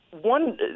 one